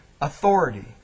authority